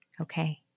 okay